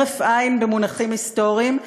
הרף עין במונחים היסטוריים.